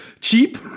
cheap